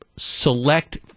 select